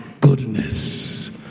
goodness